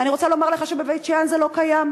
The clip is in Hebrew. אני רוצה לומר לך שבבית-שאן זה לא קיים.